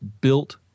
built